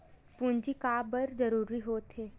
पूंजी का बार जरूरी हो थे?